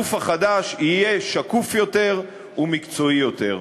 והגוף החדש יהיה שקוף יותר ומקצועי יותר.